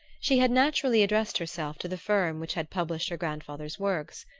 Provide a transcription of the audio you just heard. she had naturally addressed herself to the firm which had published her grandfather's works.